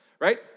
Right